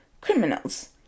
criminals